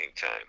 time